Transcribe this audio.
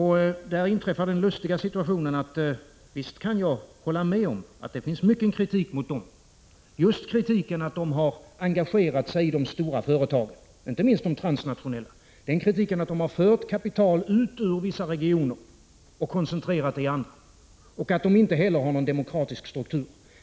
Här inträffar den lustiga situationen att visst kan jag hålla med om att det finns mycket kritik att anföra mot dem — att de har engagerat sig i de stora företagen, inte minst de transnationella, att de har fört kapital ut ur vissa regioner och koncentrerat kapital till andra, och att de inte har någon demokratisk struktur.